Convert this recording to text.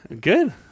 Good